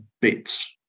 bits